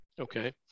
Okay